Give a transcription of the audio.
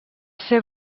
ser